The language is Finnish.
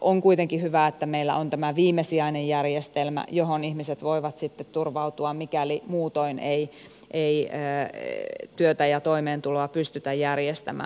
on kuitenkin hyvä että meillä on tämä viimesijainen järjestelmä johon ihmiset voivat sitten turvautua mikäli muutoin ei työtä ja toimeentuloa pystytä järjestämään